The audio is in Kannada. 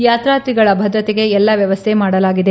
ಯಾತಾರ್ಥಿಗಳ ಭದ್ರತೆಗೆ ಎಲ್ಲ ವ್ಯವಸ್ಥೆ ಮಾಡಲಾಗಿದೆ